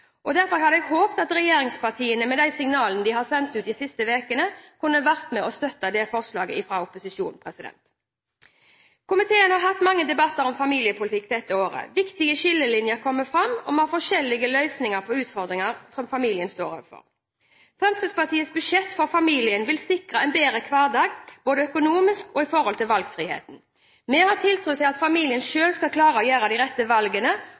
plass. Derfor hadde jeg håpet at regjeringspartiene, med de signalene de har sendt ut de siste ukene, kunne vært med og støttet det forslaget fra opposisjonen. Komiteen har hatt mange debatter om familiepolitikk dette året. Viktige skillelinjer kommer fram, og vi har forskjellige løsninger på utfordringer som familien står overfor. Fremskrittspartiets budsjett for familien vil sikre en bedre hverdag, både økonomisk og i forhold til valgfriheten. Vi har tiltro til at familien selv skal klare å gjøre de rette valgene,